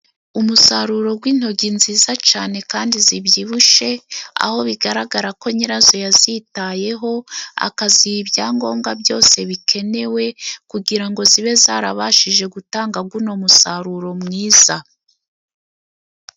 Umusaruro gw'intogi nziza cyane kandi zibyibushye, aho bigaragara ko nyirazo yazitayeho akaziha ibyangombwa byose bikenewe, kugira ngo zibe zarabashije gutanga guno musaruro mwiza.